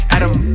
Adam